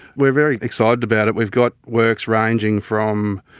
we are very excited about it. we've got works ranging from,